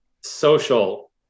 social